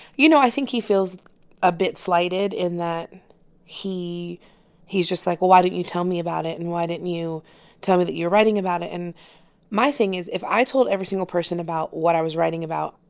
you know, i think he feels a bit slighted in that he's just like, well, why didn't you tell me about it. and why didn't you tell me that you're writing about it? and my thing is if i told every single person about what i was writing about,